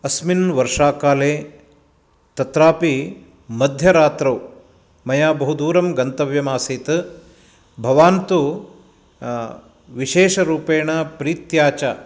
अस्मिन् वर्षाकाले तत्रापि मध्यरात्रौ मया बहुदूरं गन्तव्यमासीत् भवान् तु विशेषरूपेण प्रीत्या च